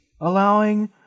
allowing